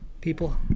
people